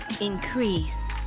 increase